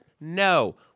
No